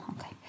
Okay